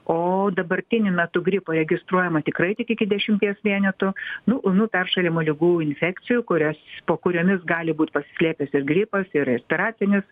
o dabartiniu metu gripo registruojama tikrai tik iki dešimties vienetų nu ūmių peršalimo ligų infekcijų kurias po kuriomis gali būt pasislėpęs ir gripas ir ir taracinis